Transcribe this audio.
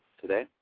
today